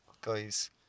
guys